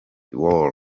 war